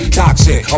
toxic